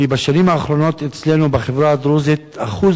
כי בשנים האחרונות אצלנו בחברה הדרוזית אחוז